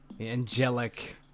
Angelic